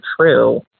true